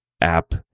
app